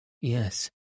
Yes